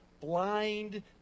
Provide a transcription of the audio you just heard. blind